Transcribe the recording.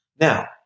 Now